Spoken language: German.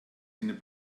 ihnen